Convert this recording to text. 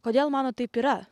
kodėl manot taip yra